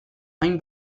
hain